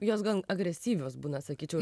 jos gan agresyvios būna sakyčiau